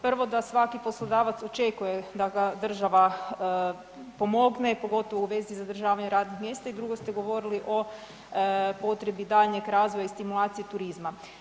Prvo da svaki poslodavac očekuje da ga država pomogne pogotovo u vezi zadržavanja radnih mjesta i drugo ste govorili o potrebi daljnjeg razvoja i stimulacije turizma.